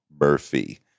Murphy